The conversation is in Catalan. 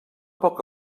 poc